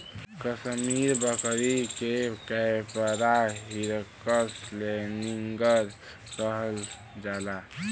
कसमीरी बकरी के कैपरा हिरकस लैनिगर कहल जाला